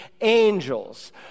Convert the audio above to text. angels